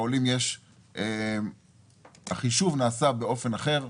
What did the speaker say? לעולים החישוב נעשה באופן אחר,